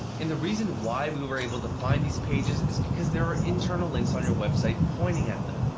and the reason why we were able to find these pages is because there are internal links on your website pointing at them.